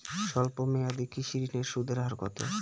স্বল্প মেয়াদী কৃষি ঋণের সুদের হার কত?